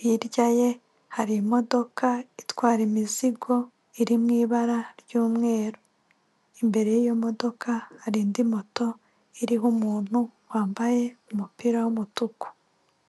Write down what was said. hirya ye hari imodoka itwara imizigo iri mu ibara ry'umweru. Imbere y'iyo modoka hari indi moto iriho umuntu wambaye umupira w'umutuku.